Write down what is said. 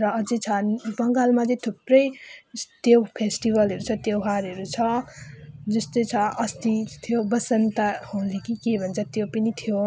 र अझै झन् बङ्गालमा चाहिँ थुप्रै यस्तो फेस्टिवलहरू छ त्योहारहरू छ जस्तै छ अस्ति थियो बसन्त होली कि के भन्छ त्यो पनि थियो